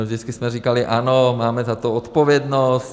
Vždycky jsme říkali: ano, máme za to odpovědnost.